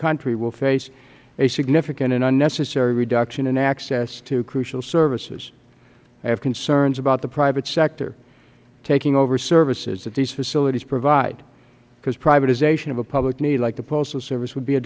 country will face a significant and unnecessary reduction in access to crucial services i have concerns about the private sector taking over services that these facilities provide because privatization of a public need like the postal service would be a